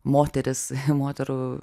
moteris moterų